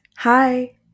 Hi